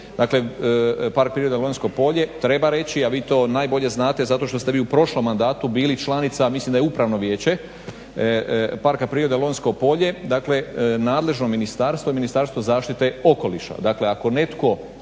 dakle Park prirode Lonjsko polje, treba reći, a vi to najbolje znate zato što ste vi u prošlom mandatu bili članica, mislim da je Upravno vijeće Parka prirode Lonjsko polje, dakle nadležno ministarstvo je Ministarstvo zaštite okoliša.